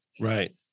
Right